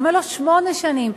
למה לא שמונה שנים?